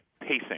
pacing